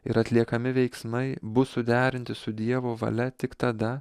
ir atliekami veiksmai bus suderinti su dievo valia tik tada